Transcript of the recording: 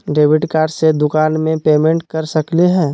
Debit card से दुकान में पेमेंट कर सकली हई?